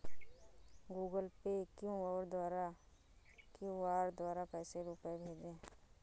Google Pay QR द्वारा कैसे रूपए भेजें?